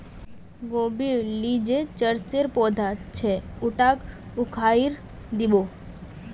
गोबीर ली जे चरसेर पौधा छ उटाक उखाड़इ दी बो